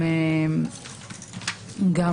בין היתר,